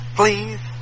please